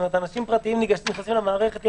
אנשים פרטיים נכנסים למערכת.